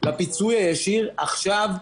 לפיצוי הישיר עכשיו,